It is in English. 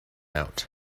out